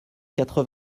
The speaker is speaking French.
quatre